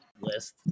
list